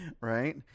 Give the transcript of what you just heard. Right